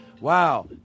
Wow